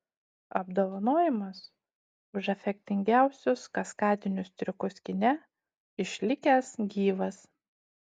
apdovanojimas už efektingiausius kaskadinius triukus kine išlikęs gyvas